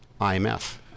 IMF